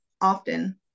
often